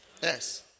Yes